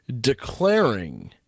declaring